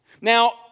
Now